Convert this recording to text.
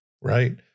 right